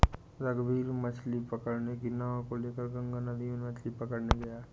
रघुवीर मछ्ली पकड़ने की नाव को लेकर गंगा नदी में मछ्ली पकड़ने गया